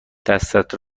دستت